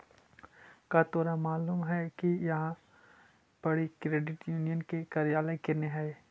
का तोरा मालूम है कि इहाँ पड़ी क्रेडिट यूनियन के कार्यालय कने हई?